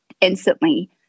instantly